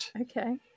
Okay